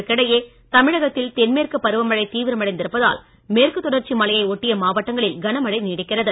இதற்கிடையே தமிழகத்தில் தென்மேற்கு பருவமழை தீவிரமடைந்து இருப்பதால் மேற்கு தொடர்ச்சி மலையை ஒட்டிய மாவட்டங்களில் கனமழை நீடிக்கிறது